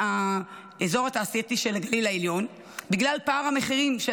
האזור התעשייתי של הגליל העליון בגלל פער המחירים של